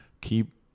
keep